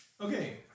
Okay